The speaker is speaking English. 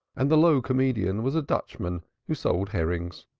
and the low comedian was a dutchman who sold herrings.